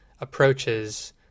approaches